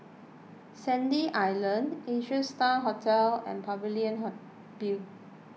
Sandy Island Asia Star Hotel and Pavilion View